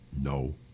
No